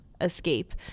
escape